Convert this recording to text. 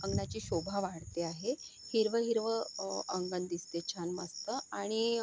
अंगणाची शोभा वाढते आहे हिरवं हिरवं अंगण दिसते छान मस्त आणि